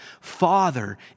Father